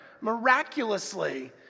miraculously